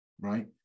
right